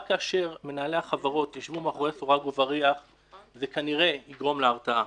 רק כאשר מנהלי החברות ישבו מאחורי סורג ובריח זה כנראה יגרום להרתעה.